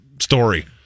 Story